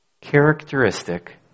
characteristic